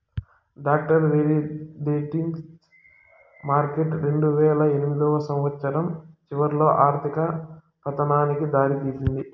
dollar derivatives market రెండువేల ఎనిమిదో సంవచ్చరం చివరిలో ఆర్థిక పతనానికి దారి తీసింది